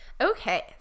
Okay